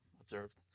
observed